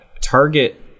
Target